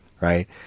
right